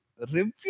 Review